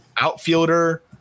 Outfielder